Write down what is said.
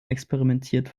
experimentiert